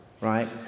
right